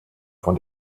von